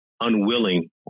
unwilling